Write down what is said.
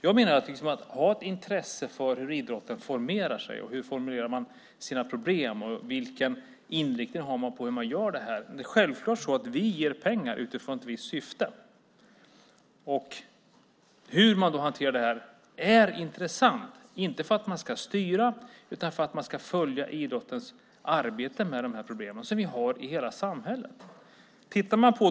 Jag menar att vi ska ha ett intresse för hur idrotten formerar sig, hur man formulerar sina problem och vilken inriktning man har på den verksamhet som man bedriver. Vi ger självklart pengar utifrån ett visst syfte. Hur man då hanterar detta är intressant, inte för att vi ska styra utan för att vi ska följa idrottens arbete med de problem som vi har i hela samhället.